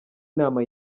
nama